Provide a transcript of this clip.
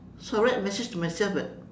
so I write a message to myself that